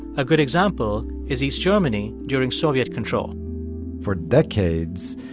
a good example is east germany during soviet control for decades,